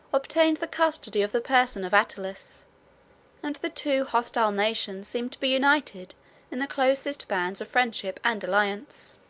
obtained the custody of the person of attalus and the two hostile nations seemed to be united in the closest bands of friendship and alliance.